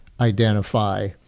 identify